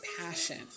Passion